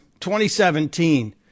2017